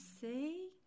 see